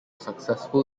successful